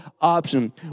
option